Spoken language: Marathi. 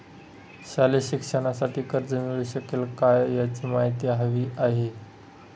शालेय शिक्षणासाठी कर्ज मिळू शकेल काय? याची माहिती हवी आहे